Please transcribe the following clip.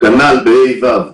כנ"ל בה'-ו',